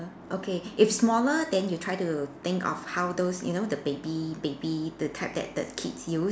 okay if smaller then you try to think of how those you know the baby baby the type that the kids use